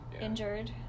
injured